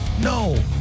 No